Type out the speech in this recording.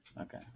Okay